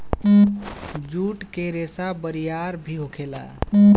जुट के रेसा बरियार भी होखेला